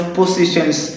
positions